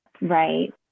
Right